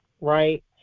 right